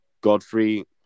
Godfrey